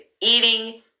Eating